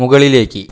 മുകളിലേക്ക്